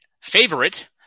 favorite